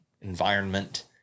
environment